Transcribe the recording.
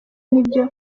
nibyo